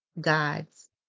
God's